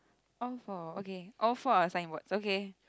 all four okay all four are assigned words okay